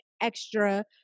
extra